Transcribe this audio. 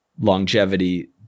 longevity